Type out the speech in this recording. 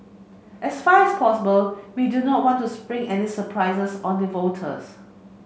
as far as possible we do not want to spring any surprises on the voters